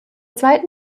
zweiten